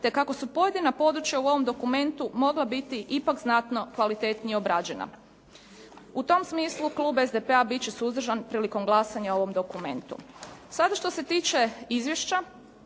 te kako su pojedina područja u ovom dokumentu mogla biti ipak znatno kvalitetnije obrađena. U tom smislu Klub SDP-a bit će suzdržan prilikom glasanja o ovom dokumentu. Sada što se tiče izvješća